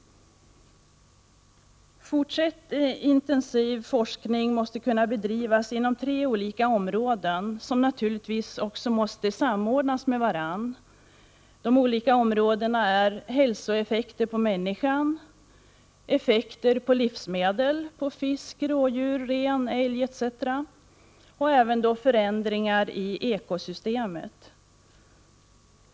1988/89:95 Fortsatt intensiv forskning måste kunna bedrivas inom tre olika områden, 12 april 1989 som naturligtvis också måste samordnas med varandra: hälsoeffekter på människan, effekter på livsmedel, som fisk, rådjur, ren och älg, samt förändringar i ekosystemet.